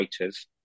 writers